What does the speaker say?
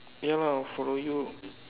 ya lah follow you